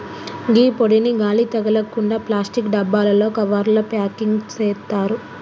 గీ పొడిని గాలి తగలకుండ ప్లాస్టిక్ డబ్బాలలో, కవర్లల ప్యాకింగ్ సేత్తారు